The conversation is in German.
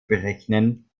berechnen